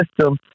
system